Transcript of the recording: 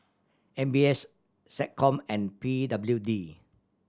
M B S SecCom and P W D